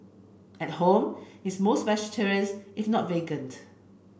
at home it's mostly vegetarians if not vegan